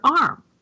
arm